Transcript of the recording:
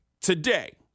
today